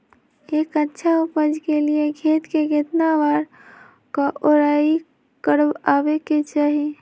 एक अच्छा उपज के लिए खेत के केतना बार कओराई करबआबे के चाहि?